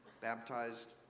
baptized